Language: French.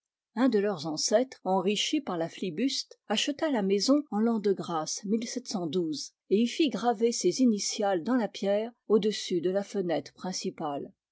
un de leurs ancêtres enrichi par la flibuste acheta la maison en l'an de grâce et y fit graver ses initiales dans la pierre au-dessus de la fenêtre principale